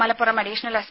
Malappuram additional S